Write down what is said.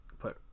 put